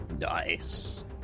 Nice